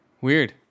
Weird